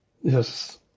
Yes